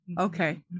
Okay